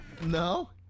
No